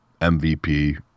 MVP